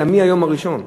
אלא מהיום הראשון.